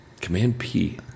Command-P